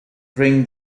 bring